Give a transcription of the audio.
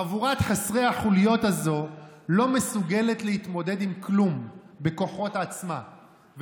חבורת חסרי החוליות הזו לא מסוגלת להתמודד עם כלום בכוחות עצמה,